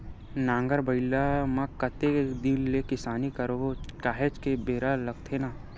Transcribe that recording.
नांगर बइला म कतेक दिन ले किसानी करबो काहेच के बेरा लगथे न